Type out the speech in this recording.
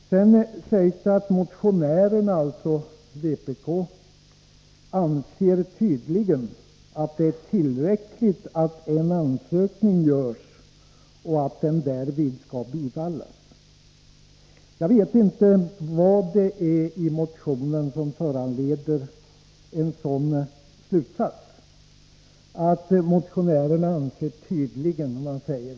Utskottet skriver vidare om vpk:s motion: ”Motionärerna anser tydligen att det är tillräckligt att en ansökning görs och att den därvid skall bifallas.” Jag vet inte vad det är i motionen som föranleder en sådan slutsats.